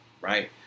Right